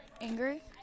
Angry